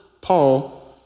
Paul